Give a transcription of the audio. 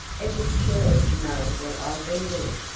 it would kill her to know what i've been doing.